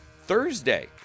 Thursday